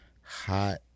hot